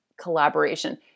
collaboration